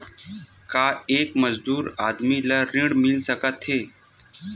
का एक मजदूर आदमी ल ऋण मिल सकथे?